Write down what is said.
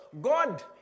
God